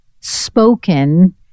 spoken